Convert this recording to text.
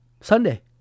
Sunday